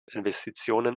investitionen